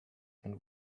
and